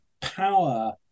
power